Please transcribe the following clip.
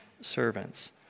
servants